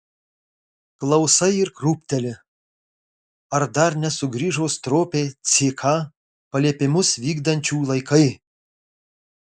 klausai ir krūpteli ar dar nesugrįžo stropiai ck paliepimus vykdančių laikai